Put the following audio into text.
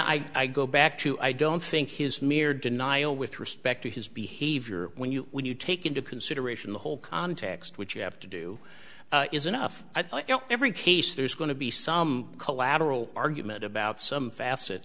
again i go back to i don't think his mere denial with respect to his behavior when you when you take into consideration the whole context which you have to do is enough i don't every case there's going to be some collateral argument about some facet